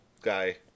guy